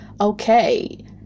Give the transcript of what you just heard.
okay